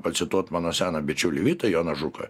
pacituot mano seną bičiulį vytą joną žuką